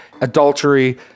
adultery